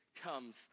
comes